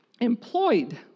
Employed